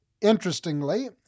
Interestingly